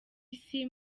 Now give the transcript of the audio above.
isi